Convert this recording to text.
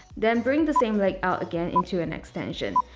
then bring the same leg out again into an extension.